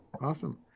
Awesome